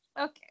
Okay